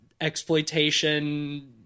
exploitation